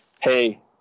hey